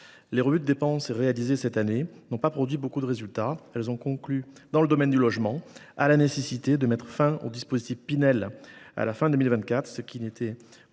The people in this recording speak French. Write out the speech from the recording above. Les revues de dépenses réalisées cette année n’ont pas produit beaucoup de résultats ; elles ont conclu, dans le domaine du logement, à la nécessité de mettre fin au dispositif Pinel à fin 2024, ce qui était déjà